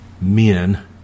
men